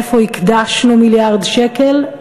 איפה הקדשנו מיליארד שקל?